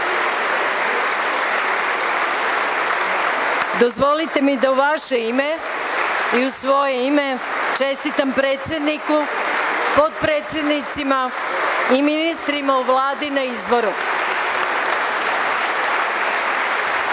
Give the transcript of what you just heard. sastavu. Dozvolite mi da u vaše ime i u svoje ime čestitam predsedniku, potpredsednicima i ministrima u Vladi na izboru. Molim